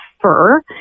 fur